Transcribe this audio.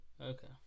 okay